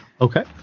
Okay